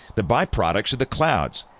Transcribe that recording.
the byproducts of the clouds.